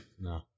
No